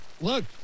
look